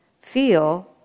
feel